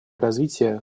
развитие